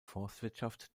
forstwirtschaft